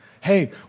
Hey